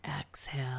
exhale